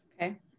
Okay